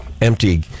empty